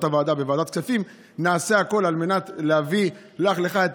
הוועדה בוועדת כספים נעשה הכול על מנת להביא לך ולך את